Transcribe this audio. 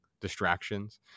distractions